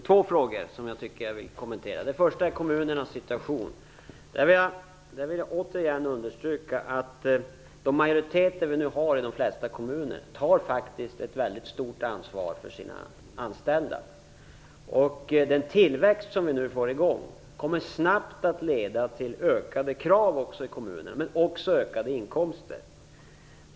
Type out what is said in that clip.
Fru talman! Det finns två frågor som jag vill kommentera. Den första handlar om kommunernas situation. Jag vill återigen understryka att de majoriteter som finns i de flesta kommuner faktiskt tar ett stort ansvar för sina anställda. Den tillväxt som nu kommer igång kommer snabbt att leda till ökade krav och inkomster för kommunerna.